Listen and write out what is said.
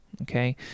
Okay